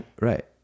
Right